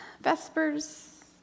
Vespers